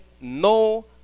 no